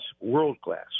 world-class